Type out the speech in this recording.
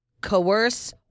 coerce